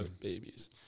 babies